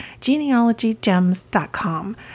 genealogygems.com